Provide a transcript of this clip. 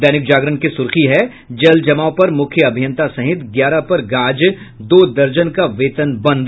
दैनिक जागरण की सुर्खी है जल जमाव पर मुख्य अभियंता सहित ग्यारह पर गाज दो दर्जन का वेतन बंद